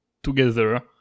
Together